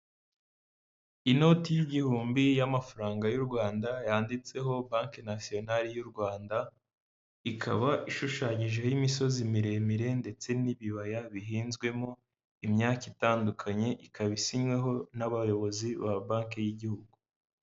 Inoti y'igihumbi y'amafaranga y'u Rwanda yanditseho banki nasiyonari y'u Rwanda, ikaba ishushanyijeho imisozi miremire ndetse n'ibibaya bihinzwemo imyaka itandukanye, ikaba isinyweho n'abayobozi ba banki y'igihugu.